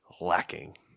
lacking